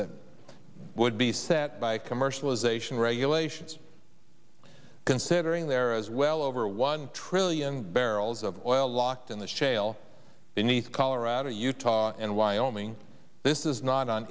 that would be set by commercialization regulations considering there as well over one trillion barrels of oil locked in the shale beneath colorado utah and wyoming this is not on